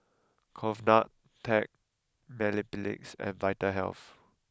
Convatec Mepilex and Vitahealth